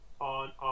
on